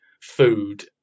food